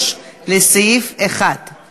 3 לסעיף 1 כי